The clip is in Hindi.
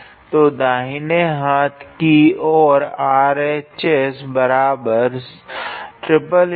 तो दाहिने हाथ की और RHS बराबर ∭𝑑𝑖𝑣𝐹⃗𝑑𝑉